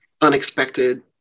unexpected